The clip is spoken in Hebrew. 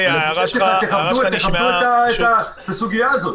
אני מבקש מכם, תכבדו את הסוגיה הזאת.